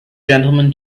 gentlemen